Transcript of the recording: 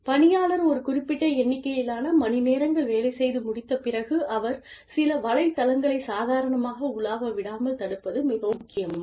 பணியாளர் ஒரு குறிப்பிட்ட எண்ணிக்கையிலான மணிநேரங்கள் வேலை செய்து முடித்த பிறகு அவர் சில வலைத்தளங்களைச் சாதாரணமாக உலாவவிடாமல் தடுப்பது மிகவும் முக்கியமா